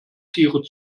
tiere